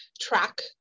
track